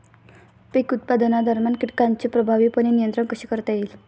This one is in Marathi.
पीक उत्पादनादरम्यान कीटकांचे प्रभावीपणे नियंत्रण कसे करता येईल?